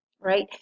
right